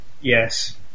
Yes